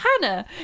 Hannah